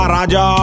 Raja